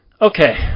Okay